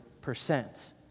percent